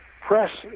press